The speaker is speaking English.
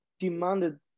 demanded